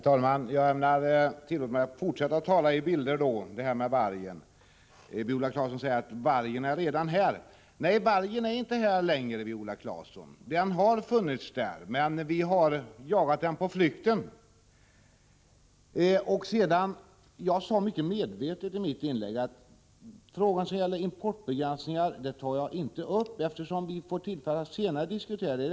Herr talman! Tillåt mig fortsätta att tala i bilder när nu detta med vargen har nämnts. Viola Claesson säger att vargen redan är här. Nej, vargen är inte längre här, Viola Claesson. Den har visat sig, men vi har jagat den på flykten. Jag sade vidare mycket medvetet i mitt inlägg att jag inte tar upp frågor som gäller importbegränsningar, eftersom vi senare får tillfälle att diskutera dessa.